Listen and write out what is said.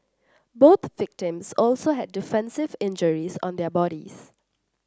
both victims also had defensive injuries on their bodies